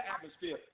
atmosphere